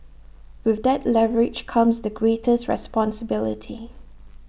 with that leverage comes the greatest responsibility